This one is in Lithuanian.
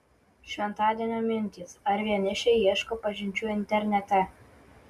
šventadienio mintys ar vienišiai ieško pažinčių internete